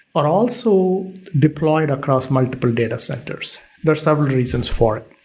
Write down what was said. are also deployed across multiple data centers there are several reasons for it.